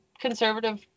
conservative